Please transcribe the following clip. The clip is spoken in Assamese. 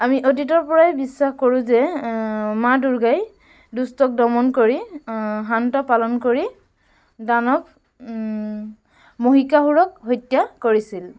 আমি অতীতৰ পৰাই বিশ্বাস কৰোঁ যে মা দুৰ্গাই দুষ্টক দমন কৰি শান্তক পালন কৰি দানৱ মহিষাসুৰক হত্যা কৰিছিল